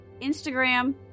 Instagram